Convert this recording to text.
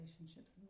relationships